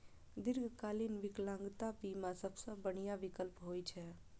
दीर्घकालीन विकलांगता बीमा सबसं बढ़िया विकल्प होइ छै